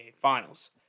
Finals